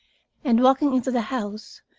and, walking into the house,